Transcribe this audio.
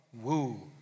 woo